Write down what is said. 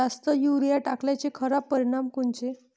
जास्त युरीया टाकल्याचे खराब परिनाम कोनचे?